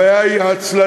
הבעיה היא העצלנות,